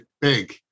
big